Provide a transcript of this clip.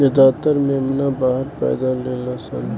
ज्यादातर मेमना बाहर पैदा लेलसन